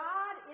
God